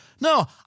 No